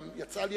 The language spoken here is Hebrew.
גם היתה לי